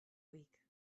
week